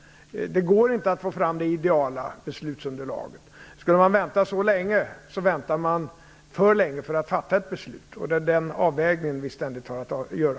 Det går inte att få fram det ideala beslutsunderlaget. Skulle man vänta på det skulle man få vänta för länge för att fatta ett beslut. Det är den avvägningen vi ständigt har att göra.